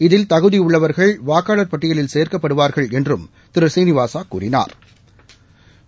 இதில் தகுதியுள்ளவா்கள் வாக்காளா் பட்டியலில் சேர்க்கப்படுவாா்கள் என்றும் திரு ஸ்ரீனிவாசா தெரிவித்தாா்